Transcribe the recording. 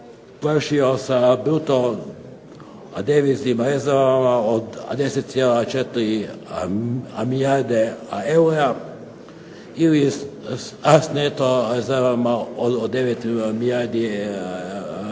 završio sa bruto deviznim rezovima od 10,4 milijarde eura ili s neto zaradom od 9 milijardi